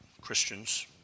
Christians